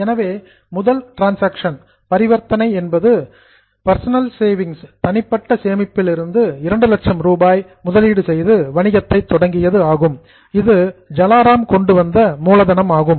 எனவே முதல் டிரன்சாக்சன் பரிவர்த்தனை என்பது பர்சனல் சேவிங்ஸ் தனிப்பட்ட சேமிப்பிலிருந்து 200000 ரூபாய் இன்வெஸ்ட்மெண்ட் முதலீடு செய்து வணிகத்தை தொடங்கியது ஆகும் இது ஜலா ராம் கொண்டு வந்த மூலதனமாகும்